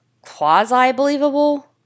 quasi-believable